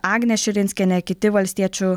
agnė širinskienė kiti valstiečių